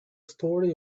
story